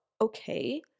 okay